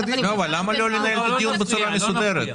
למה לא לנהל את הדיון בצורה מסודרת?